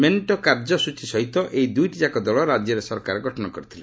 ମେଣ୍ଟ କାର୍ଯ୍ୟସ୍ଚୀ ସହିତ ଏହି ଦୁଇଟିଯାକ ଦଳ ରାଜ୍ୟରେ ସରକାର ଗଠନ କରିଥିଲେ